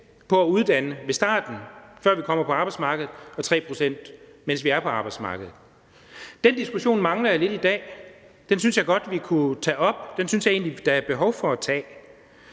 på at uddanne ved starten, før vi kommer på arbejdsmarkedet, og 3 pct., mens vi er på arbejdsmarkedet. Den diskussion mangler jeg lidt i dag. Den synes jeg godt vi kunne tage op. Den synes jeg egentlig der er behov for at tage.